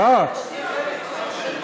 זה אמור להיות, מה זה השטויות האלה?